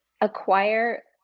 acquire